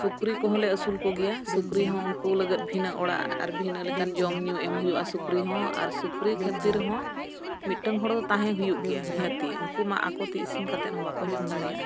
ᱥᱩᱠᱨᱤ ᱠᱚᱦᱚᱸ ᱞᱮ ᱟᱹᱥᱩᱞ ᱠᱚᱜᱮᱭᱟ ᱥᱩᱠᱨᱤ ᱦᱚᱸ ᱩᱱᱠᱩ ᱞᱟᱹᱜᱤᱫ ᱵᱷᱤᱱᱟᱹ ᱚᱲᱟᱜ ᱟᱨ ᱵᱷᱤᱱᱟᱹ ᱞᱮᱠᱟᱱ ᱡᱚᱢ ᱧᱩ ᱮᱢ ᱦᱩᱭᱩᱜᱼᱟ ᱥᱩᱠᱨᱤ ᱦᱚᱸ ᱟᱨ ᱥᱩᱠᱨᱤ ᱠᱷᱟᱹᱛᱤᱨ ᱦᱚᱸ ᱢᱤᱫᱴᱟᱝ ᱦᱚᱲ ᱫᱚ ᱛᱟᱦᱮᱸ ᱦᱩᱭᱩᱜ ᱜᱮᱭᱟ ᱱᱤᱦᱟᱹᱛᱤ ᱩᱱᱠᱩ ᱢᱟ ᱟᱠᱚᱛᱮ ᱤᱥᱤᱱ ᱠᱟᱛᱮᱫ ᱦᱚᱸ ᱵᱟᱠᱚ ᱡᱚᱢ ᱫᱟᱲᱮᱭᱟᱜᱼᱟ